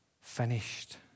finished